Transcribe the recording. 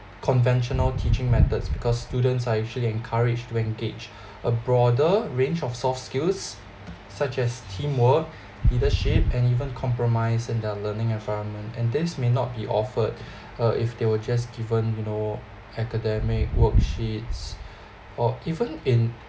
conventional teaching methods because students are usually encouraged to engage a broader range of soft skills such as teamwork leadership and even compromise in their learning environment and this may not be offered uh if they were just given you know academic worksheets or even in